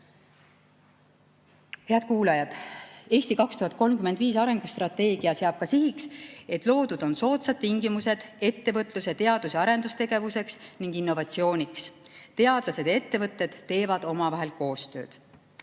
Head kuulajad! "Eesti 2035" arengustrateegia seab ka sihiks, et loodud on soodsad tingimused ettevõtluse teadus‑ ja arendustegevuseks ning innovatsiooniks. Teadlased ja ettevõtted teevad omavahel koostööd.